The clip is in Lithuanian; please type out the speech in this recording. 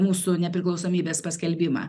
mūsų nepriklausomybės paskelbimą